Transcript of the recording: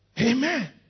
Amen